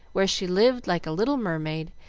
where she lived like a little mermaid,